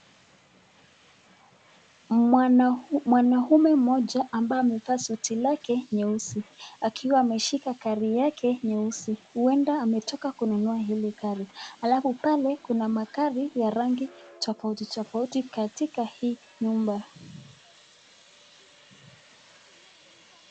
Mwanaume moja ambaye amevaa suti lake nyeusi akiwa ameshika gari yake nyeusi, huenda ametoka kununua hili gari. Halafu pale, kuna magari ya rangi tofauti tofauti katika hii nyumba.